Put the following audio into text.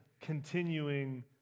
continuing